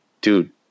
Dude